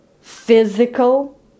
physical